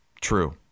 True